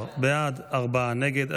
13 בעד, ארבעה נגד.